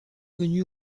venu